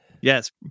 yes